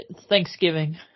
Thanksgiving